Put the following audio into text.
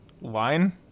line